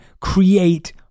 create